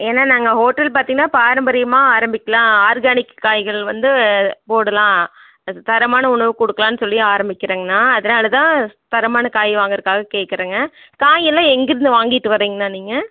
ஏன்னா நாங்கள் ஹோட்டல் பார்த்தீங்கன்னா பாரம்பரியமாக ஆரம்பிக்கலாம் ஆர்கானிக் காய்கள் வந்து போடலாம் அது தரமான உணவு கொடுக்கலான்னு சொல்லி ஆரம்பிக்கிறங்கண்ணா அதனால் தான் தரமான காய் வாங்குறதுக்காக கேக்கிறேங்க காய் எல்லாம் எங்கிருந்து வாங்கிட்டு வர்றீங்கண்ணா நீங்கள்